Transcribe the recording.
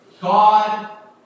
God